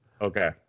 Okay